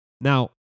Now